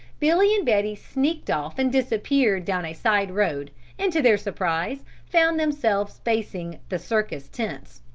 billy and betty sneaked off and disappeared down a side road and to their surprise found themselves facing the circus tents.